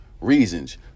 reasons